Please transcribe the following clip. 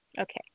Okay